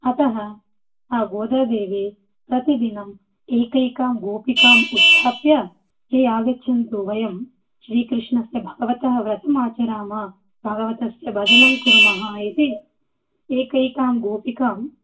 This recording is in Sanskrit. अतः सा गोदादेवी प्रतिदिनं एकैकां गोपिकाम् उत्थाप्य हे आगच्छन्तु वयं श्रीकृष्णस्य भगवतः व्रतम् आचराम भगवतस्य भजनं कुर्मः इति एकैकां गोपिकाम्